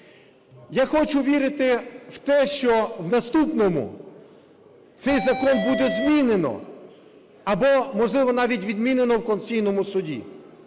Я хочу вірити в те, що в наступному цей закон буде змінено або, можливо, навіть відмінено в Конституційному Суді.